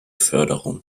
förderung